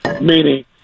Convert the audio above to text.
meaning